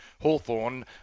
Hawthorne